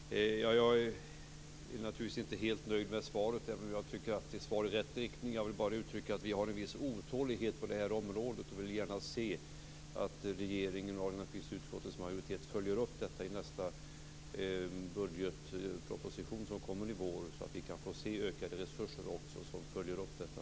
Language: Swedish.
Fru talman! Jag är naturligtvis inte helt nöjd med svaret, även om jag tycker att det är ett svar i rätt riktning. Jag vill bara uttrycka att vi har en viss otålighet på det här området. Vi vill gärna se att regeringen och utskottets majoritet följer upp detta i nästa budgetproposition, som kommer i vår, så att vi kan få se ökade resurser som följer upp detta.